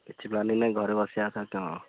କିଛି ପ୍ଳାନିଙ୍ଗ୍ ନାଇ ଘରେ ବସିବା କଥା ତ